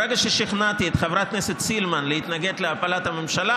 ברגע ששכנעתי את חברת כנסת סילמן להתנגד להפלת הממשלה,